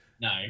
No